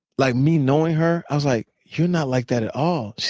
like me knowing her. i was like, you're not like that at all. she's